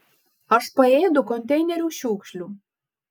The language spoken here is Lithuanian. aš paėdu konteinerių šiukšlių